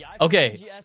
okay